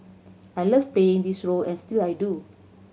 I love playing this role and I still do